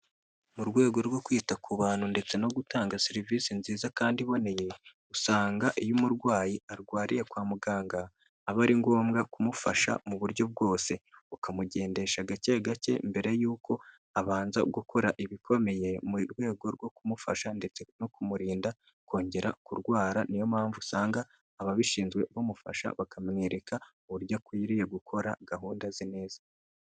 Mu rwego rwo kwita ku bantu ndetse no gutanga serivisi nziza kandi iboneye, usanga iyo umurwayi arwariye kwa muganga, aba ari ngombwa kumufasha mu buryo bwose. Ukamugendesha gake gake mbere y'uko abanza gukora ibikomeye, mu rwego rwo kumufasha ndetse no kumurinda kongera kurwara, niyo mpamvu usanga ababishinzwe bamufasha, bakamwereka uburyo akwiriye gukora gahunda ze neza.